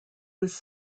was